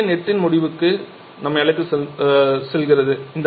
இது தொகுதி எண் 8 இன் முடிவுக்கு நம்மை அழைத்துச் செல்கிறது